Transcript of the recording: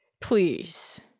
please